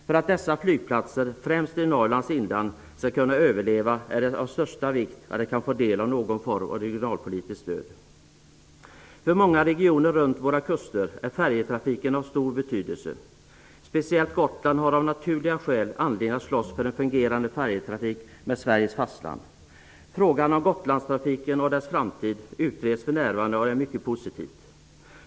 För att dessa flygplatser, främst i Norrlands inland, skall kunna överleva är det av största vikt att de kan få del av någon form av regionalpolitiskt stöd. För många regioner runt våra kuster är färjetrafiken av stor betydelse. Speciellt Gotland har av naturliga skäl anledning att slåss för en fungerande färjetrafik med Sveriges fastland. Frågan om Gotlandstrafiken och dess framtid utreds för närvarande, och det är mycket positivt.